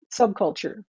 subculture